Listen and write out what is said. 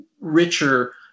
richer